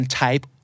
type